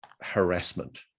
harassment